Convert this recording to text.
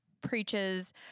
preaches